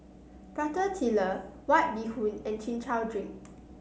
Prata Telur White Bee Hoon and Chin Chow Drink